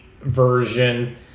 version